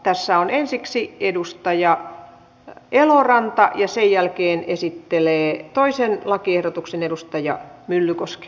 tässä on ensiksi edustaja eloranta ja sen jälkeen esittelee toisen lakiehdotuksen edustaja myllykoski